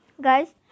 Guys